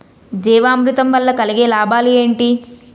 జీవామృతం వల్ల కలిగే లాభాలు ఏంటి?